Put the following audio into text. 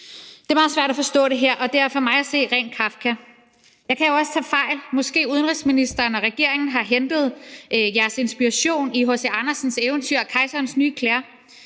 her er meget svært at forstå, og det er for mig at se ren Kafka. Men jeg kan jo også tage fejl. Måske har udenrigsministeren og regeringen hentet deres inspiration i H. C. Andersens eventyr »Kejserens nye klæder«,